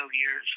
years